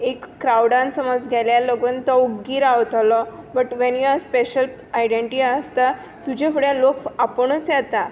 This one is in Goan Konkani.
एक क्राउडान समज घेल्यार पासून तो ओग्गी रावतलो but one you are special identity आसता तुज्या फुड्यान लोक आपुणूच येता